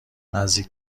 نزدیک